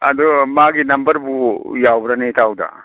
ꯑꯗꯨ ꯃꯥꯒꯤ ꯅꯝꯕꯔꯕꯨ ꯌꯥꯎꯕ꯭ꯔꯅꯦ ꯏꯇꯥꯎꯗ